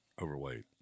overweight